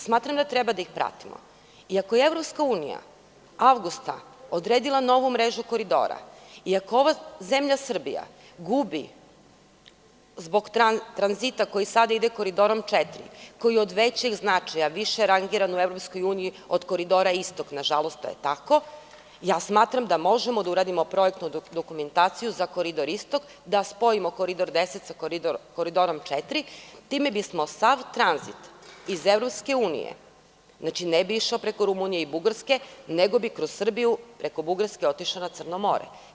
Smatram da treba da ih pratimo jer ako EU avgusta odredila novu mrežu koridora i ako ova zemlja Srbija gubi zbog tranzita koji sada ide Koridorom 4 koji je od većeg značaja, više je rangiran u EU od Koridora 11, nažalost je tako, smatram da možemo da uradimo projektnu dokumentaciju za Koridor Istok i da spojimo Koridor 10 sa Koridorom 4. Time sav tranzit iz EU ne bi išao preko Rumunije i Bugarske, nego bi kroz Srbiju preko Bugarske otišao na Crno more.